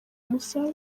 musabe